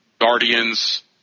Guardians